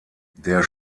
der